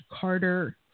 Carter